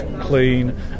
clean